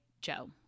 Joe